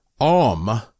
Om